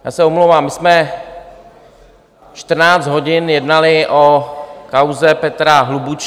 Já se omlouvám, my jsme čtrnáct hodin jednali o kauze Petra Hlubučka.